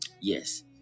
Yes